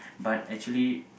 but actually